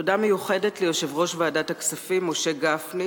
תודה מיוחדת ליושב-ראש ועדת הכספים משה גפני,